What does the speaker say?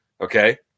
Okay